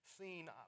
seen